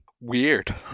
Weird